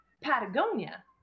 Patagonia